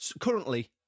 Currently